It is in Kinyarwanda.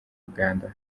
uganda